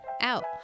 out